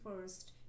first